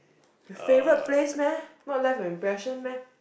favourite place meh not left an impression meh